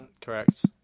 Correct